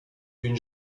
une